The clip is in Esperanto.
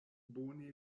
bone